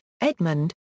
Edmund